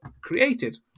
created